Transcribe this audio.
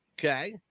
Okay